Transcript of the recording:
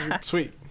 Sweet